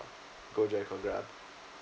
Gojek or grab